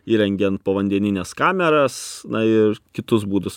įrengian povandenines kameras na ir kitus būdus